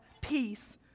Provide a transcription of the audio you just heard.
peace